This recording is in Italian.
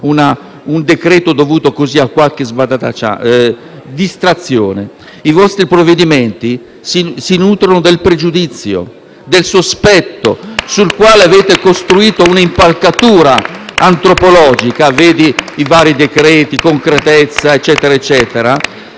il decreto sia dovuto a qualche distrazione. I vostri provvedimenti si nutrono del pregiudizio e del sospetto sul quale avete costruito un'impalcatura antropologica - vedi i vari decreti concretezza eccetera -